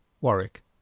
Warwick